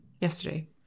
yesterday